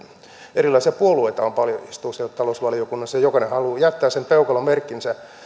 erilaisia puolueita istuu paljon siellä talousvaliokunnassa ja jokainen haluaa jättää sen peukalomerkkinsä